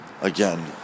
again